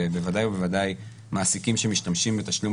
ובוודאי ובוודאי מעסיקים שמשתמשים בתשלום